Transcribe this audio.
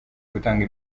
gutanga